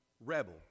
rebel